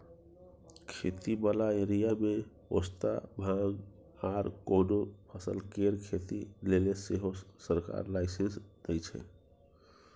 खेती बला एरिया मे पोस्ता, भांग आर कोनो फसल केर खेती लेले सेहो सरकार लाइसेंस दइ छै